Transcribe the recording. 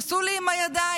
עשו לי עם הידיים.